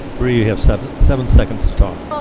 bree, you have seven seven seconds to talk. but